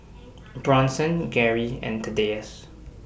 Bronson Garry and Thaddeus